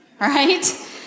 right